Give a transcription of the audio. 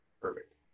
Perfect